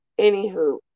anywho